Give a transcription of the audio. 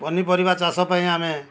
ପନିପରିବା ଚାଷ ପାଇଁ ଆମେ